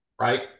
right